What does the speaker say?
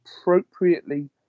appropriately